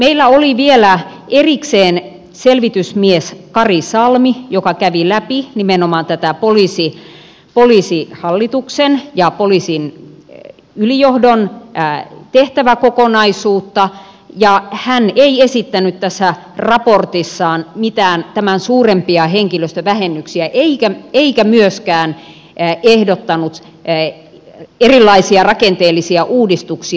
meillä oli vielä erikseen selvitysmies kari salmi joka kävi läpi nimenomaan tätä poliisihallituksen ja poliisin ylijohdon tehtäväkokonaisuutta ja hän ei esittänyt tässä raportissaan mitään tämän suurempia henkilöstövähennyksiä eikä myöskään ehdottanut erilaisia rakenteellisia uudistuksia